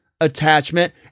attachment